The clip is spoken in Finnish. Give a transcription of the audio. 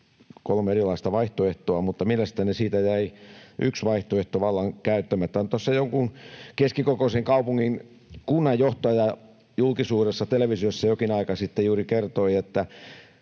kolme erilaista vaihtoehtoa, mutta mielestäni siitä jäi yksi vaihtoehto vallan käyttämättä. Tuossa jonkun keskikokoisen kaupungin kunnanjohtaja julkisuudessa televisiossa jokin aika sitten juuri kertoi, että